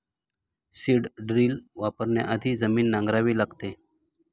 seed drill वापरण्याआधी जमीन नांगरावी लागते